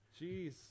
Jeez